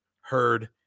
heard